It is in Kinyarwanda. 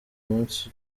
munsi